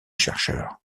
chercheurs